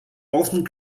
often